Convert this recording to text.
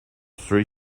three